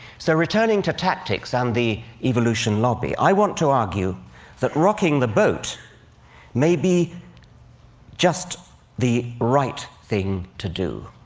so, returning to tactics and the evolution lobby, i want to argue that rocking the boat may be just the right thing to do.